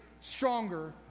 stronger